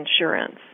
insurance